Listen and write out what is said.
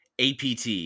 APT